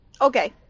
Okay